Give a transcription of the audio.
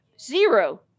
zero